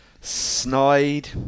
Snide